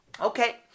Okay